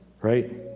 right